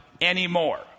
anymore